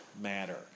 matter